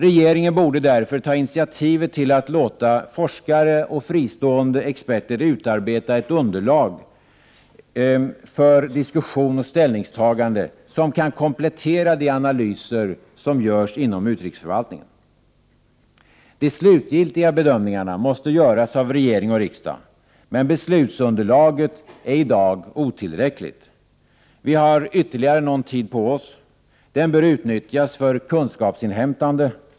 Regeringen borde därför ta initiativet till att låta forskare och fristående experter utarbeta ett underlag för diskussion och ställningstagande som kan komplettera de analyser som görs inom utrikesförvaltningen. De slutgiltiga bedömningarna måste göras av regering och riksdag, men beslutsunderlaget är i dag otillräckligt. Vi har ytterligare någon tid på oss. Den bör utnyttjas för kunskapsinhämtande.